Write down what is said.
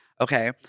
okay